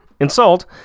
insult